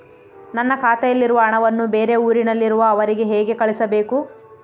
ನನ್ನ ಖಾತೆಯಲ್ಲಿರುವ ಹಣವನ್ನು ಬೇರೆ ಊರಿನಲ್ಲಿರುವ ಅವರಿಗೆ ಹೇಗೆ ಕಳಿಸಬೇಕು?